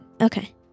Okay